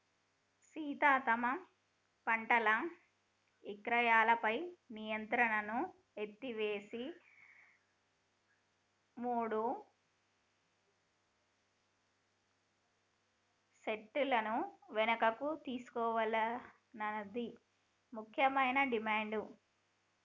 సీత తమ పంటల ఇక్రయాలపై నియంత్రణను ఎత్తివేసే మూడు సట్టాలను వెనుకకు తీసుకోవాలన్నది ముఖ్యమైన డిమాండ్